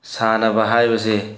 ꯁꯥꯟꯅꯕ ꯍꯥꯏꯕꯁꯦ